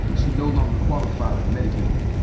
she no longer qualified for medicaid.